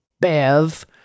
bev